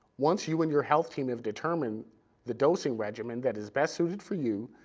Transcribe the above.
once you and your health team have determined the dosing regimen that is best suited for you,